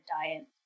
diet